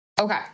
Okay